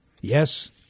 yes